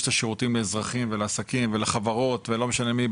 את השירותים לאזרחים ולעסקים ולחברות ולא משנה מי,